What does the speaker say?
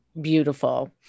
beautiful